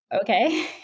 okay